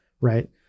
right